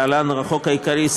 להלן: החוק העיקרי,